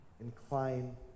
incline